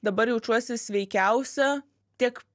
dabar jaučiuosi sveikiausia tiek